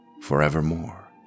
forevermore